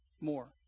more